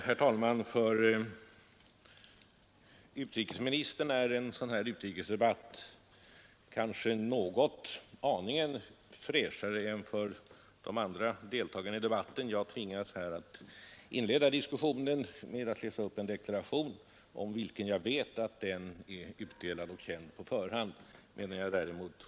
Herr talman! För utrikesministern är en utrikesdebatt kanske en aning fräschare än för de andra deltagarna i debatten. Det åligger utrikesministern att inleda debatten genom att uppläsa en deklaration, som är utdelad och känd på förhand.